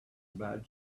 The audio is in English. about